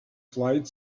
flight